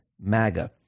MAGA